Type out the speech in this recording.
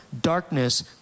darkness